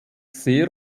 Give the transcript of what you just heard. sehr